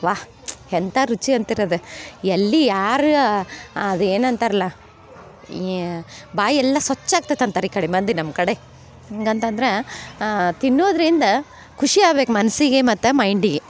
ವಾಹ್ ಎಂಥಾ ರುಚಿ ಅಂತಿರದು ಎಲ್ಲಿ ಯಾರು ಅದು ಏನಂತರಲ್ಲ ಏ ಬಾಯಿ ಎಲ್ಲ ಸ್ವಚ್ಛ ಆಗ್ತೈತೆ ಅಂತಾರೆ ಈ ಕಡೆ ಮಂದಿ ನಮ್ಮ ಕಡೆ ಹೆಂಗಂತ ಅಂದ್ರಾ ತಿನ್ನೋದರಿಂದ ಖುಷಿ ಆಗ್ಬೇಕು ಮನಸ್ಸಿಗೆ ಮತ್ತು ಮೈಂಡಿಗೆ